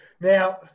Now